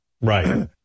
right